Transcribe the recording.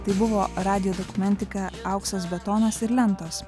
tai buvo radijo dokumentika auksas betonas ir lentos